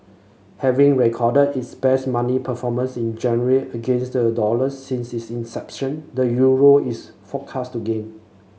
having recorded its best monthly performance in January against the dollar since its inception the euro is forecast to gain